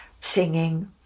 singing